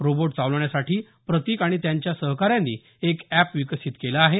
robot चालवण्यासाठी प्रतीक आणि त्यांच्या सहकाऱ्यांनी एक एप विकसित केलं आहे